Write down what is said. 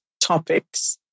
Topics